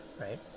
right